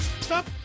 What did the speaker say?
Stop